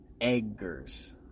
Eggers